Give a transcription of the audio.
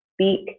speak